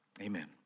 Amen